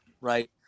right